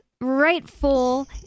rightful